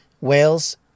Wales